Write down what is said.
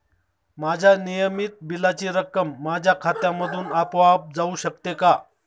माझ्या नियमित बिलाची रक्कम माझ्या खात्यामधून आपोआप जाऊ शकते का?